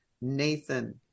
Nathan